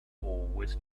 always